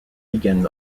begins